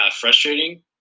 frustrating